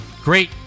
Great